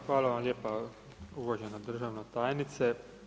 Hvala vam lijepa uvažena državna tajnice.